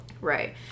Right